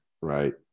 Right